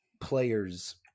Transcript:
players